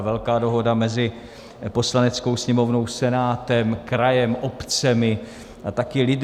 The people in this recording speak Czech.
Velká dohoda mezi Poslaneckou sněmovnou, Senátem, krajem, obcemi a taky lidmi.